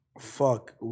Fuck